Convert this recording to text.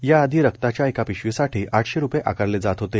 या आधी रक्ताच्या एका पिशवीसाठी आठशे रुपये आकारले जात होते